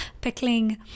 pickling